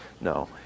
No